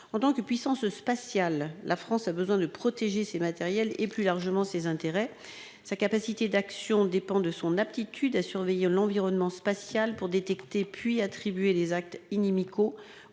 En tant que puissance spatiale, la France a besoin de protéger ses matériels et, plus largement, ses intérêts. Sa capacité d'action dépend de son aptitude à surveiller l'environnement spatial pour détecter, puis attribuer les actes inamicaux